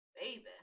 Baby